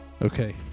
Okay